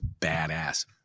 badass